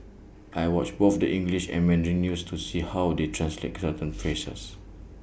I watch both the English and Mandarin news to see how they translate certain phrases